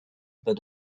but